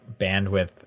bandwidth